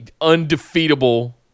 undefeatable